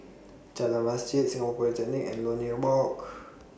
Jalan Masjid Singapore Polytechnic and Lornie Walk